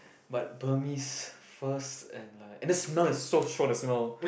but Burmese first and like and the smell is so strong as well